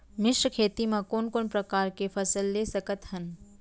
मिश्र खेती मा कोन कोन प्रकार के फसल ले सकत हन?